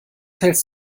hälst